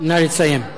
נא לסיים.